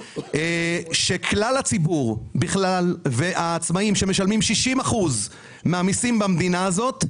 שכלל הציבור בכלל והעצמאים שמשלמים 60% מהמיסים במדינה הזאת,